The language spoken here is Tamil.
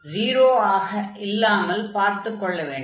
p 0 ஆக இல்லாமல் பார்த்துக் கொள்ள வேண்டும்